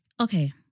Okay